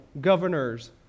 governors